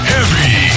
Heavy